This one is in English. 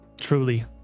Truly